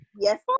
yes